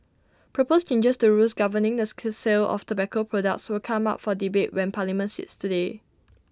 proposed changes to rules governing the school sale of tobacco products will come up for debate when parliament sits today